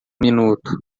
minuto